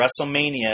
WrestleMania